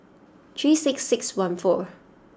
three six six one four